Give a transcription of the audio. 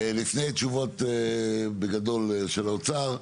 לפני תשובות, בגדול, של האוצר,